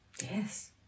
Yes